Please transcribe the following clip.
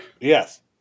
Yes